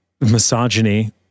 misogyny